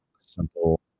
simple